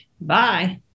Bye